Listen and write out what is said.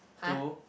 two